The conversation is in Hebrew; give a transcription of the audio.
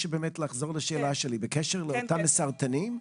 מבקש לחזור לשאלה שלי בקשר לאותם מסרטנים,